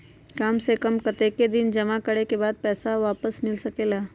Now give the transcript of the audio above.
काम से कम कतेक दिन जमा करें के बाद पैसा वापस मिल सकेला?